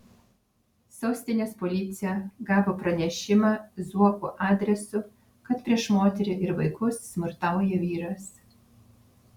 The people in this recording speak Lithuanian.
sostinės policija gavo pranešimą zuokų adresu kad prieš moterį ir vaikus smurtauja vyras